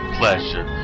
pleasure